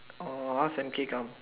or ask M_K come